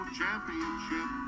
championship